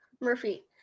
Murphy